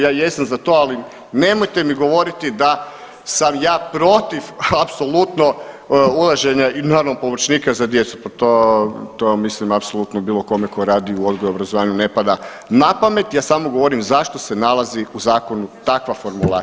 Ja jesam za to, ali nemojte mi govoriti da sam ja protiv apsolutno ulaženja i naravno pomoćnika za djecu, pa to, to mislim apsolutno bilo kome ko radi u odgoju i obrazovanju ne pada na pamet, ja samo govorim zašto se nalazi u zakonu takva formulacija.